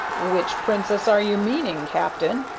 which princess are you meanin', captain?